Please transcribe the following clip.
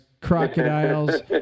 Crocodiles